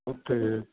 ਉੱਥੇ